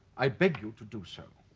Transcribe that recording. i beg you to do so.